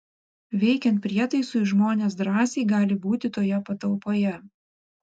veikiant prietaisui žmonės drąsiai gali būti toje patalpoje